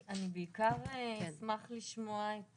אני בעיקר אשמח לשמוע את